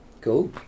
Cool